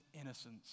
innocence